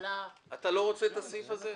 בהתחלה --- אתה לא רוצה את הסעיף הזה?